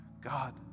God